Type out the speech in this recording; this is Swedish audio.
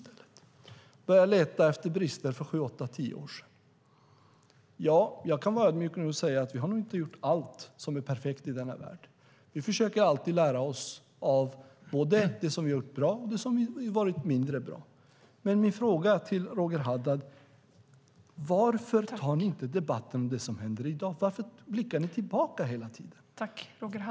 Man börjar leta efter brister för sju åtta tio år sedan. Jag kan vara ödmjuk och säga att vi nog inte gjort allt som är perfekt i denna världen. Men vi försöker alltid lära både av det vi gjort bra och av det som varit mindre bra. Roger Haddad, varför tar ni inte debatt om det som händer i dag? Varför blickar ni hela tiden tillbaka?